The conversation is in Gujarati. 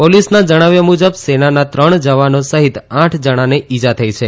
પોલીસના જણાવ્યા મુજબ સેનાના ત્રણ જવાનો સહિત આઠ જણાને ઈજા થઈ છે